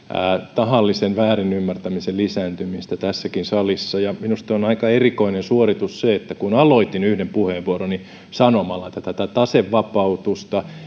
tahallisen väärinymmärtämisen lisääntymistä tässäkin salissa minusta on aika erikoinen suoritus että kun aloitin yhden puheenvuoroni sanomalla että tätä tasevapautusta